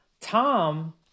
Tom